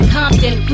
Compton